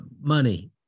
money